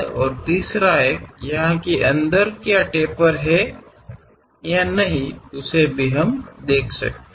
और तीसरा एक यहाँ कि अंदर क्या टेपर है या कि नहीं हम उसे देख सकते हैं